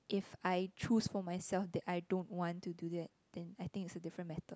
if I choose for myself that I don't want to do that then I think it's a different matter